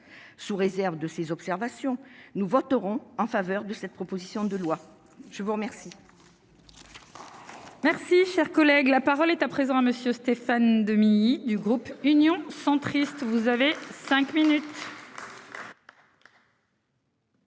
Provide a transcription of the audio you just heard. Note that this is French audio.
Sous réserve de ces observations, nous voterons en faveur de cette proposition de loi. La parole